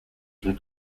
from